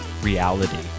reality